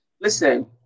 Listen